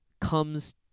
comes